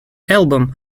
album